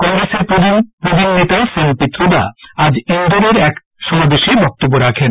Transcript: কংগ্রেসের প্রবীন নেতা স্যাম পিত্রোদা আজ ইন্দোরের এক সমাবেশে বক্তব্য রাখেন